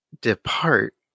depart